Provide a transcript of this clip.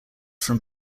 from